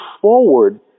forward